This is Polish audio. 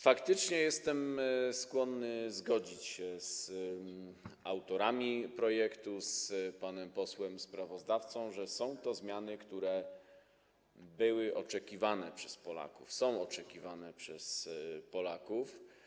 Faktycznie jestem skłonny zgodzić się z autorami projektu, z panem posłem sprawozdawcą, że są to zmiany, które były oczekiwane przez Polaków, są oczekiwane przez Polaków.